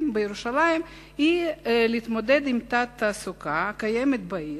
בירושלים היא להתמודד עם התת-תעסוקה הקיימת בעיר,